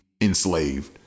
enslaved